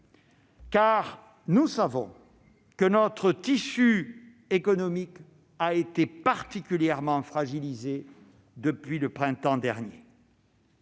car nous savons que notre tissu économique a été particulièrement fragilisé depuis le printemps dernier.